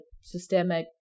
systemic